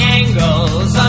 angles